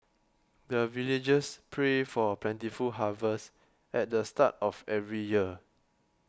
the villagers pray for plentiful harvest at the start of every year